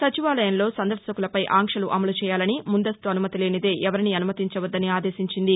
సచివాలయంలో సందర్భకులపై ఆంక్షలు అమలు చేయాలని ముందస్తు అనుమతి లేనిదే ఎవరినీ అనుమతించవద్దని ఆదేశించింది